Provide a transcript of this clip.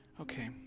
Okay